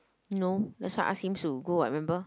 no that's why ask him to go [what] remember